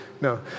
No